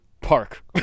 Park